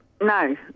no